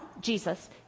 jesus